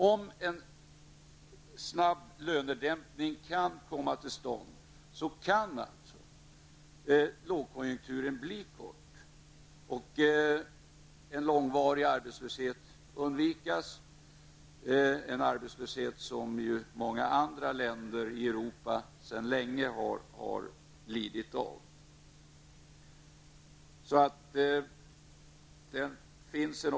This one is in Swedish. Om en snabb lönedämpning kan komma till stånd kan lågkonjunkturen bli kort och en långvarig arbetslöshet undvikas. Många andra länder i Europa har sedan länge lidit av en sådan arbetslöshet.